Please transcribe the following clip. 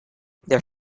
their